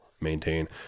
maintain